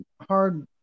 hard